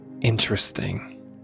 Interesting